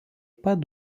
pat